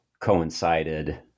coincided